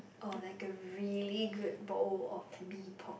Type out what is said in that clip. or like a really good bowl of Mee-Pok